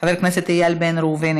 חבר הכנסת איל בן ראובן,